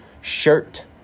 shirt